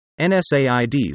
NSAIDs